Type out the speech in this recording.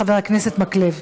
חבר הכנסת מקלב.